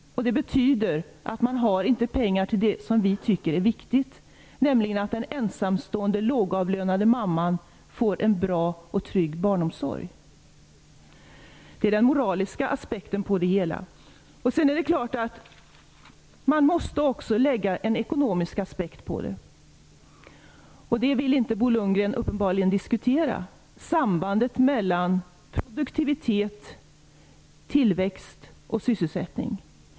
Det betyder att man inte har pengar till det som vi tycker är viktigt, nämligen att den ensamstående lågavlönade mamman får en bra och trygg barnomsorg. Det är den moraliska aspekten på det hela. Man måste också lägga en ekonomisk aspekt på det. Bo Lundgren vill uppenbarligen inte diskutera sambandet mellan produktivitet, tillväxt och sysselsättning.